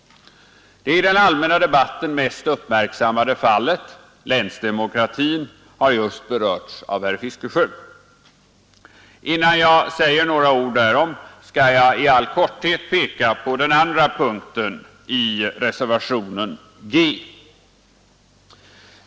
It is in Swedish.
Det i den allmänna debatten mest uppmärksammade fallet — länsdemokratin — har just berörts av herr Fiskesjö. Innan jag säger några ord därom skall jag i all korthet peka på den andra punkten i reservationen G.